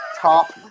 top